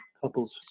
couples